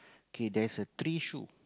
K there's a three shoe